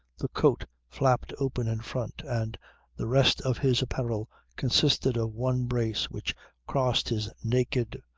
the coat flapped open in front and the rest of his apparel consisted of one brace which crossed his naked,